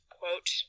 quote